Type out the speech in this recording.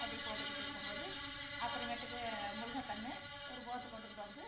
அப்படி போட்டுக்கிட்டு இருக்கும் போது அப்புறமேட்டுக்கு முருங்கக்கன்று ஒரு போத்து கொண்டுக்கிட்டு வந்து